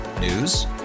News